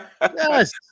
Yes